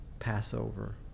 Passover